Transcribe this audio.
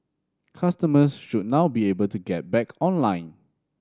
customers should now be able to get back online